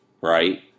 right